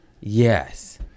Yes